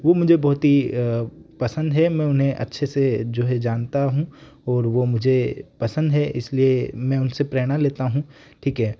वह मुझे बहुत ही पसंद है मैं उन्हें अच्छे से जो है जानता हूँ और वह मुझे पसंद है इसलिए मैं उनसे प्रेरणा लेता हूँ ठीक है